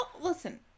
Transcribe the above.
listen